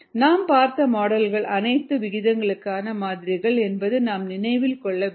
நாம் பார்த்த மாடல்கள் அனைத்தும் விகிதங்களுக்கான மாதிரிகள் என்பதை நாம் நினைவில் கொள்ளவேண்டும்